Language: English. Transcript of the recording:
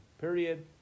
Period